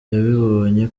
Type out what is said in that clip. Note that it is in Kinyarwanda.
yabibonye